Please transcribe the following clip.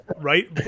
right